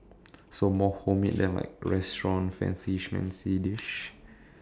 so more homemade than like restaurants fancy fancy dish